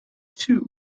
too